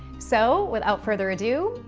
so, without further ado,